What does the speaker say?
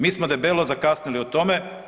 Mi smo debelo zakasnili o tome.